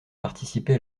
participer